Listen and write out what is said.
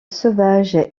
sauvage